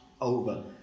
over